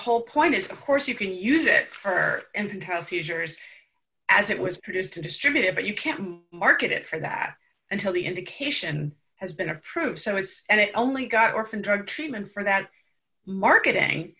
whole point is course you can use it for her and her seizures as it was produce to distribute it but you can't market it for that until the indication has been approved so it's and it only got orphan drug treatment for that marketing